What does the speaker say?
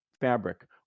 fabric